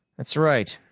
that's right,